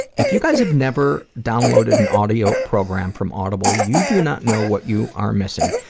if you guys have never downloaded an audio program from audible, you do not know what you are missing.